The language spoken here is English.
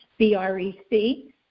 BREC